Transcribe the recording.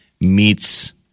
meets